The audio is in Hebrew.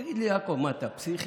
תגיד לי, יעקב, מה, אתה פסיכי?